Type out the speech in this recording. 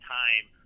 time